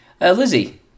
Lizzie